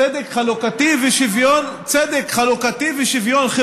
צדק חלוקתי ושוויון חברתי.